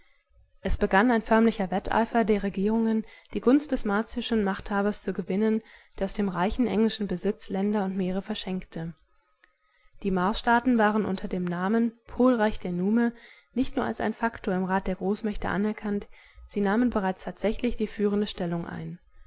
es begann ein förmlicher wetteifer der regierungen die gunst des martischen machthabers zu gewinnen der aus dem reichen englischen besitz länder und meere verschenkte die marsstaaten waren unter dem namen polreich der nume nicht nur als ein faktor im rat der großmächte anerkannt sie nahmen bereits tatsächlich die führende stellung ein